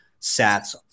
sats